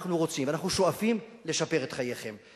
ואנחנו רוצים ואנחנו שואפים לשפר את חייכם.